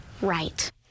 right